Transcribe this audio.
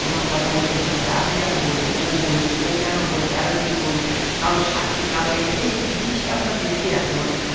আমরা কথা বলতে ভয় পাই আমি কেন বলবো ও বলুক ও কেন বলবে আর একজন বলুক কারোর সাক্ষী কারোর এ এই জিনিসটা আমরা পিছিয়ে আছি অনেকটা